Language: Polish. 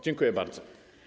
Dziękuję bardzo.